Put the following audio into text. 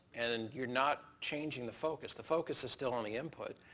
and you're not changing the focus. the focus is still on the input.